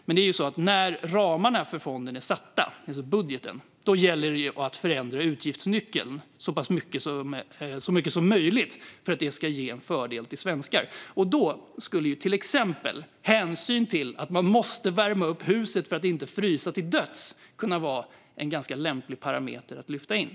Men när ramarna för fonden är satta, det vill säga budgeten, gäller det att förändra utgiftsnyckeln så mycket som möjligt för att det ska ge svenskar en fördel. Då skulle till exempel hänsyn till att man måste värma upp huset för att inte frysa till döds kunna vara en ganska lämplig parameter att lyfta in.